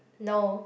no